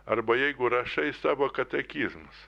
arba jeigu rašai savo katekizmus